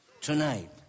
Tonight